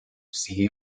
see